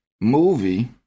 movie